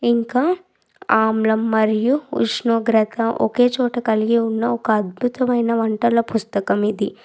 ఇంకా ఆమ్లం మరియు ఉష్ణోగ్రత ఒకేచోట కలిగి ఉన్న ఒక అద్భుతమైన వంటల పుస్తకం ఇది